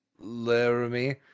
Laramie